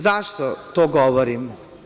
Zašto to govorim?